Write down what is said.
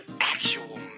actual